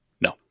No